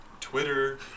Twitter